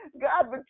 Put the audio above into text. god